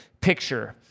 picture